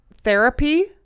therapy